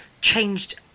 changed